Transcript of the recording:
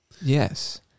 Yes